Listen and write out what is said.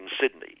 Sydney